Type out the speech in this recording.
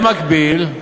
במקביל,